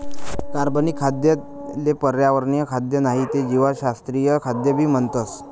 कार्बनिक खाद्य ले पर्यावरणीय खाद्य नाही ते जीवशास्त्रीय खाद्य भी म्हणतस